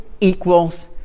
equals